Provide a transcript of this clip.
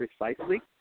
precisely